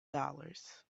dollars